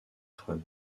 freud